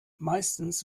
meistens